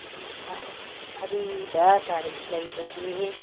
ꯑꯔꯤꯕ ꯂꯥꯏꯔꯤꯛ ꯂꯩꯕꯒꯤ